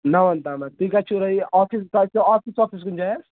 نَون تام تُہۍ کَتہِ چھِو روزان آفِس کَتہِ چھُو آفِس وافِس کُنہِ جاین